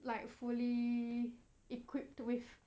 like fully equipped with